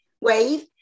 wave